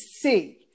see